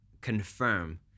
confirm